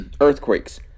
earthquakes